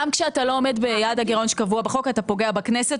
גם כשאתה לא עומד ביעד הגירעון שקבוע בחוק אתה פוגע בכנסת,